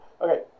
Okay